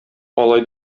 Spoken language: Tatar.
алай